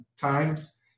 times